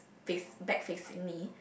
face back facing me